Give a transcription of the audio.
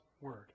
word